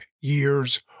years